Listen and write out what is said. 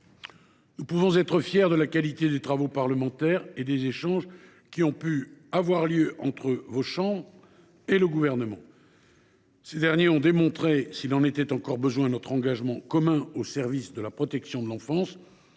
Nous pouvons être fiers de la qualité des travaux parlementaires et des échanges qui ont eu lieu entre les chambres et le Gouvernement. Cela démontre, s’il en était besoin, notre engagement commun au service de la protection de l’enfance.